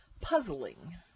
puzzling